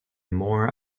more